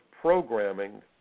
programming